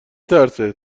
ترسه